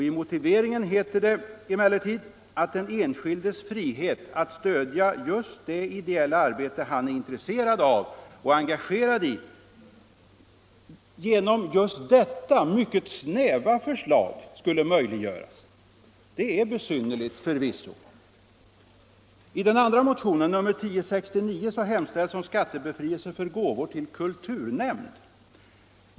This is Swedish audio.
I motiveringen heter det emellertid att den enskildes frihet att stödja just det ideella arbete han är intresserad av och engagerad i genom detta mycket snäva förslag skulle möjliggöras. Det är besynnerligt, förvisso! I den andra motionen, nr 1069, hemställs om skattebefrielse för gåvor till kulturnämnd.